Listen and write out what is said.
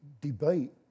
debate